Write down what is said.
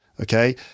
Okay